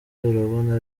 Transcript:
urabona